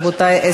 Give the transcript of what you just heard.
רבותי,